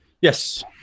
Yes